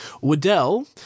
Waddell